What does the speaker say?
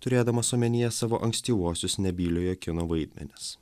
turėdamas omenyje savo ankstyvuosius nebyliojo kino vaidmenis